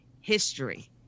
history